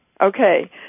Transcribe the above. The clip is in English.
Okay